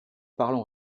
parlons